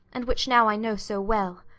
and which now i know so well.